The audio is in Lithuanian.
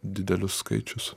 didelius skaičius